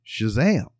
shazam